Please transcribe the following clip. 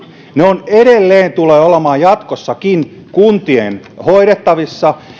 ne tulevat edelleen olemaan jatkossakin kuntien hoidettavissa